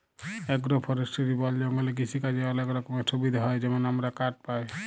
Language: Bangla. এগ্র ফরেস্টিরি বল জঙ্গলে কিসিকাজের অলেক রকমের সুবিধা হ্যয় যেমল আমরা কাঠ পায়